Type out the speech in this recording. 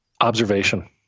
Observation